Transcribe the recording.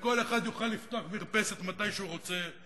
וכל אחד יוכל לפתוח מרפסת מתי שהוא רוצה.